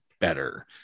better